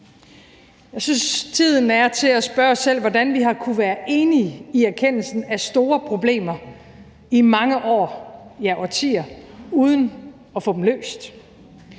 Folketinget. Tiden er til at spørge os selv om, hvordan vi har kunnet være enige i erkendelsen af store problemer i mange år, ja, i årtier, uden at få dem løst.